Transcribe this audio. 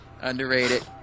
Underrated